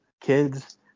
kids